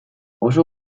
oso